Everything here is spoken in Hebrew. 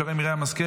שרן מרים השכל,